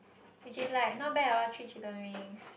which is like not bad loh three chicken wings